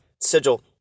sigil